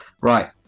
Right